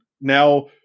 now